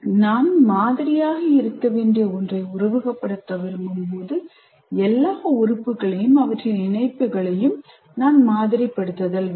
நான் மாதிரியாக இருக்க வேண்டிய ஒன்றை உருவகப்படுத்த விரும்பும் போது எல்லா உறுப்புகளையும் அவற்றின் இணைப்புகளையும் நான் மாதிரி படுத்துதல் வேண்டும்